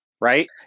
right